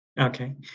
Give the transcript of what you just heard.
Okay